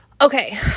okay